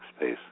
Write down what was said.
space